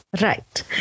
Right